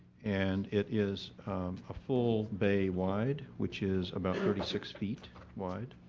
and it is a full bay wide which is about thirty six feet wide,